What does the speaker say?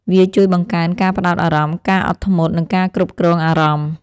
វាជួយបង្កើនការផ្តោតអារម្មណ៍ ការអត់ធ្មត់ និងការគ្រប់គ្រងអារម្មណ៍។